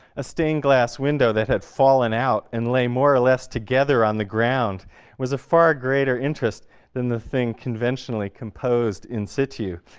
a stained glassed window that had fallen out and lay more or less together on the ground was a far greater interest than the thing conventionally composed in situ.